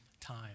time